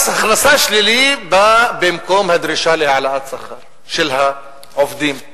מס הכנסה שלילי בא במקום הדרישה להעלאת שכר של העובדים,